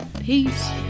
Peace